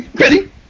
Ready